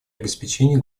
обеспечение